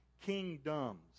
kingdoms